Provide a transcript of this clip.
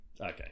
okay